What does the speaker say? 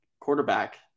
quarterback